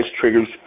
triggers